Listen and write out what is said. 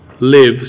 lives